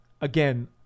again